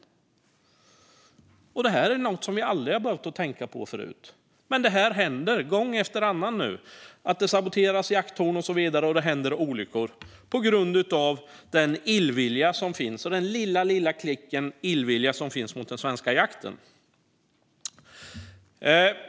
Detta är något som vi aldrig behövt tänkta på förut. Nu händer det gång efter annan att det saboteras jakttorn och så vidare, och så händer det olyckor på grund av den lilla klick av illvilja som finns mot den svenska jakten.